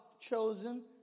chosen